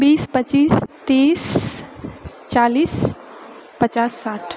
बीस पच्चीस तीस चालीस पचास साठि